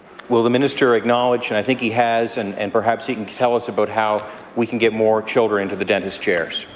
will the minister acknowledge, and i think he has, and and perhaps he can tell us about how we can get more children into the dentist chairs.